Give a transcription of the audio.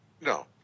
No